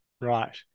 right